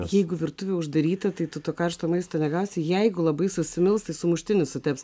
jeigu virtuvė uždaryta tai tu to karšto maisto negausi jeigu labai susimils sumuštinis suteps